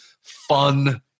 fun